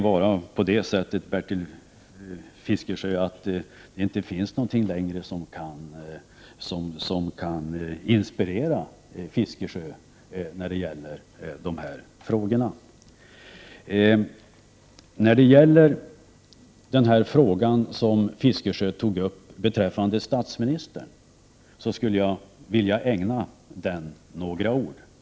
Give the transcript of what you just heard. Kan det, Bertil Fiskesjö, vara så att det inte finns någonting längre som kan inspirera Fiskesjö i dessa frågor? Jag skulle vilja ägna några ord åt det Bertil Fiskesjö sade om statsministern.